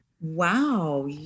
Wow